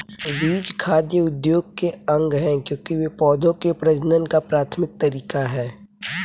बीज खाद्य उद्योग के अंग है, क्योंकि वे पौधों के प्रजनन का प्राथमिक तरीका है